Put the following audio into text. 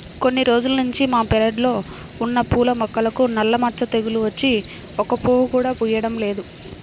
కొన్ని రోజుల్నుంచి మా పెరడ్లో ఉన్న పూల మొక్కలకు నల్ల మచ్చ తెగులు వచ్చి ఒక్క పువ్వు కూడా పుయ్యడం లేదు